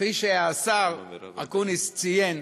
וכפי שהשר אקוניס ציין,